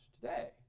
Today